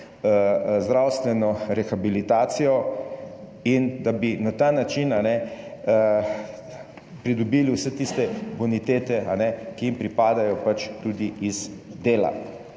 zdravstveno rehabilitacijo, in da bi na ta način pridobili vse tiste bonitete, ki jim pripadajo tudi iz dela.